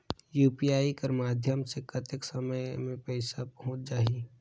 UPI कर माध्यम से कतेक समय मे पइसा पहुंच जाहि?